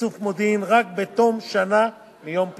ואיסוף מודיעין רק בתום שנה מיום פרסומו.